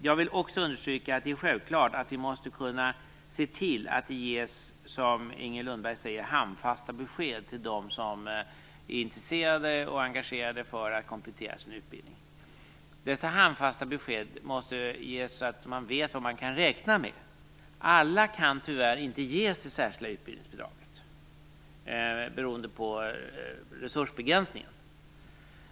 Jag vill också understryka att det är självklart att vi måste kunna se till att det ges, som Inger Lundberg säger, handfasta besked till dem som är intresserade av och engagerade i att komplettera sin utbildning. Dessa handfasta besked måste ges så att man vet vad man kan räkna med. Alla kan tyvärr inte ges det särskilda utbildningsbidraget, beroende på resursbegränsning.